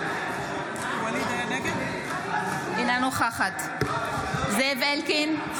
אינה נוכחת זאב אלקין,